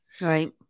right